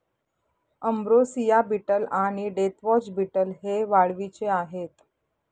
ambrosia beetle आणि deathwatch beetle हे वाळवीचे आहेत